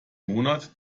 monat